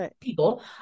people